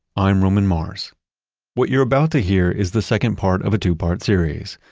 i'm roman mars what you're about to hear is the second part of a two-part series.